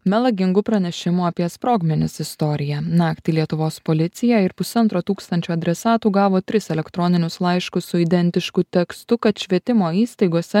melagingų pranešimų apie sprogmenis istorija naktį lietuvos policija ir pusantro tūkstančio adresatų gavo tris elektroninius laiškus su identišku tekstu kad švietimo įstaigose